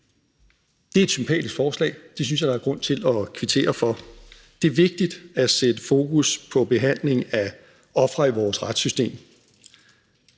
Det er et sympatisk forslag, og det synes jeg der er grund til at kvittere for. Det er vigtigt at sætte fokus på behandling af ofre i vores retssystem.